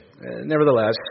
Nevertheless